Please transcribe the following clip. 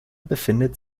befindet